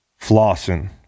Flossing